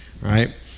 right